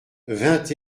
vingt